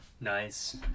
Nice